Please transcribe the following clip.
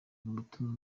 butumwa